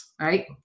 right